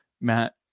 Matt